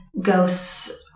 ghosts